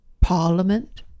parliament